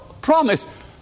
promise